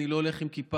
אני לא הולך עם כיפה,